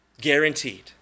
guaranteed